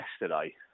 yesterday